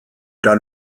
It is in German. dann